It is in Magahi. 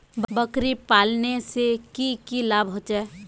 बकरी पालने से की की लाभ होचे?